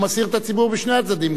הוא מסעיר את הציבור בשני הצדדים,